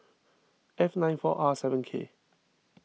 F nine four R seven K